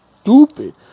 stupid